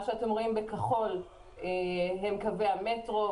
מה שאתם רואים בכחול הם קווי המטרו,